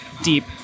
deep